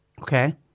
Okay